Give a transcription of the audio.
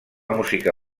música